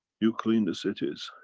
you clean the cities.